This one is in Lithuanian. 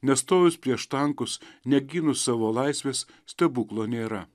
nestojus prieš tankus negynus savo laisvės stebuklo nėra